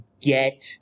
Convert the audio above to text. get